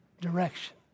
direction